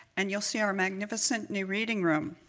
and you'll see our magnificent new reading room.